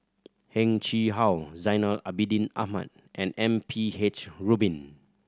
Heng Chee How Zainal Abidin Ahmad and M P H Rubin